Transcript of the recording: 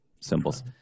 symbols